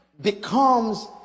becomes